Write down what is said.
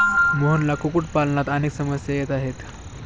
मोहनला कुक्कुटपालनात अनेक समस्या येत आहेत